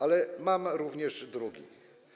Ale mam również drugi.